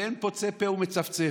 ואין פוצה פה ומצפצף.